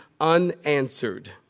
unanswered